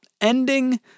ending